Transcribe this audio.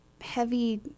heavy